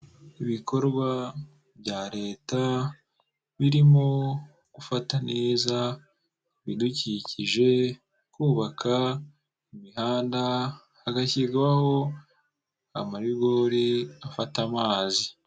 Ibikorwa bya leta birimo gufata neza ibidukikije, kubaka imihanda hagashyirwaho amarigori afata amazi.